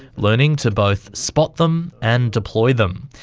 learning to both spot them and deploy them.